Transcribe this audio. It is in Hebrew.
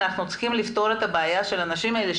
אנחנו צריכים לפתור את הבעיה של האנשים האלה,